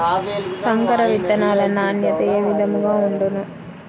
సంకర విత్తనాల నాణ్యత ఏ విధముగా ఉండును?